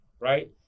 right